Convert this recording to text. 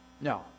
No